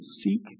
seek